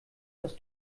dass